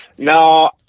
No